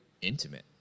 intimate